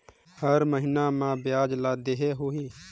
हर महीना मा ब्याज ला देहे होही?